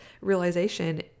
realization